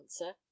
answer